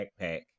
backpack